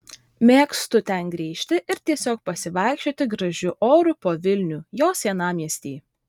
mėgstu ten grįžti ir tiesiog pasivaikščioti gražiu oru po vilnių jo senamiestį